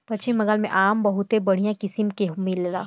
पश्चिम बंगाल में आम बहुते बढ़िया किसिम के मिलेला